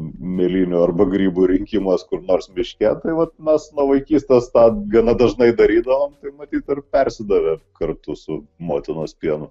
mėlynių arba grybų rinkimas kur nors miške tai vat mes nuo vaikystės tą gana dažnai darydavom tai matyt ir persidavė kartu su motinos pienu